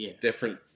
different